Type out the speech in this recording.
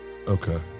okay